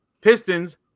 Pistons